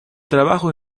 trabajo